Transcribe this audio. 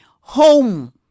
home